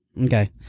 Okay